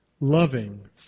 loving